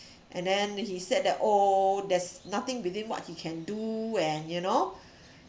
and then he said that oh there's nothing between what he can do and you know